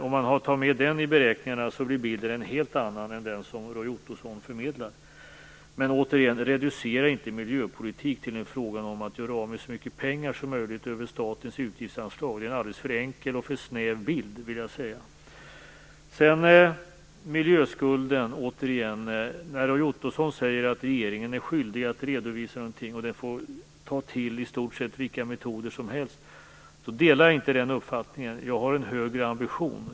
Om man tar med den i beräkningarna blir bilden en helt annan än den bild som Roy Ottosson förmedlar. Återigen: Reducera inte miljöpolitiken till en fråga om att göra av med så mycket pengar som möjligt över statens utgiftsanslag! Det är en alldeles för enkel och snäv bild skulle jag vilja säga. Sedan återigen några ord om miljöskulden. Roy Ottosson säger att regeringen är skyldig att ge en redovisning och att den får ta till i stort sett vilka metoder som helst. Jag delar inte den uppfattningen. Jag har en högre ambition än så.